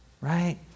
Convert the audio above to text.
right